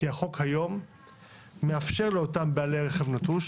כי החוק היום מאפשר לאותם בעלי רכב נטוש